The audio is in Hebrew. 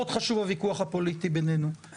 הוויכוח הפוליטי בנינו הוא הרבה פחות חשוב.